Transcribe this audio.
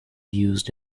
used